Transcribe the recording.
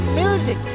music